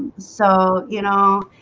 so, you know